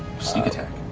sneak attack.